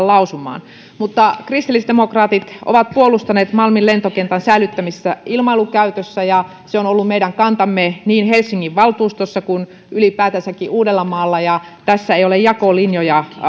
lausumaan mutta kristillisdemokraatit ovat puolustaneet malmin lentokentän säilyttämistä ilmailukäytössä se on ollut meidän kantamme niin helsingin valtuustossa kuin ylipäätänsäkin uudellamaalla tässä ei ole jakolinjoja